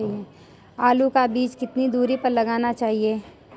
आलू का बीज कितनी दूरी पर लगाना चाहिए?